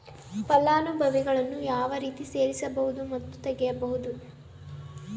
ಫಲಾನುಭವಿಗಳನ್ನು ಯಾವ ರೇತಿ ಸೇರಿಸಬಹುದು ಮತ್ತು ತೆಗೆಯಬಹುದು?